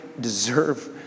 deserve